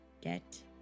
get